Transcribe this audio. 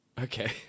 Okay